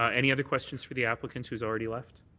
ah any other questions for the applicant who has already left?